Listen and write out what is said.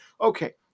Okay